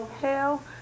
Hell